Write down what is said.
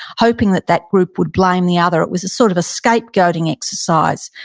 hoping that that group would blame the other. it was sort of a scapegoating exercise.